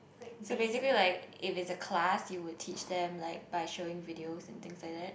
so basically like if it's a class you would teach them like by showing videos and things like that